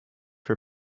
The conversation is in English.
for